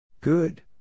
Good